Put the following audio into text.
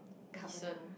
carbonara